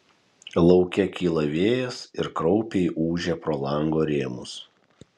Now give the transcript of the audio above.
lauke kyla vėjas ir kraupiai ūžia pro lango rėmus